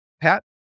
Pat